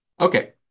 Okay